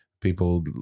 People